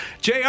Jr